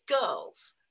girls